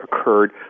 occurred